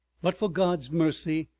but for god's mercy,